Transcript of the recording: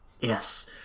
Yes